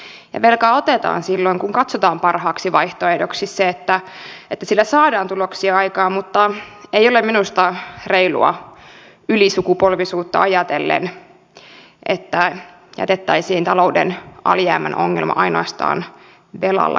ja velkaa otetaan silloin kun katsotaan parhaaksi vaihtoehdoksi se että sillä saadaan tuloksia aikaan mutta ei ole minusta reilua ylisukupolvisuutta ajatellen että jätettäisiin talouden alijäämän ongelma ainoastaan velalla kattamiseen